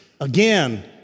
again